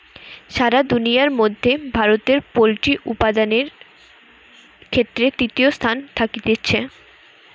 সারা দুনিয়ার মধ্যে ভারতে পোল্ট্রি উপাদানের ক্ষেত্রে তৃতীয় স্থানে থাকতিছে